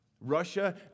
Russia